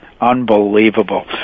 Unbelievable